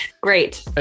Great